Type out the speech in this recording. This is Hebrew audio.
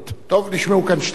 טוב, נשמעו כאן שתי דעות.